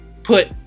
put